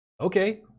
okay